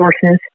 sources